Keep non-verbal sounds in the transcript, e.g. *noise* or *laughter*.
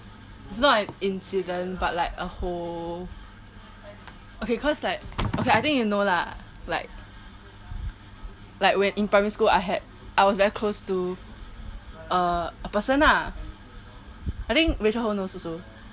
it's not like an incident but like a whole okay *noise* cause like *noise* okay I think you know lah like like when in primary school I had I was very close to a a person ah I think rachel ho knows also